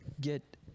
get